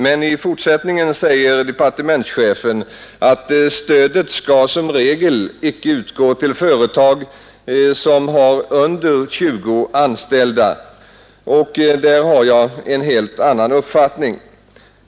Men i fortsättningen säger departementschefen att stödet som regel icke skall utgå till företag som har under 20 anställda, och där har jag en annan uppfattning.